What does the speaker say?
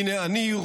הינה אני,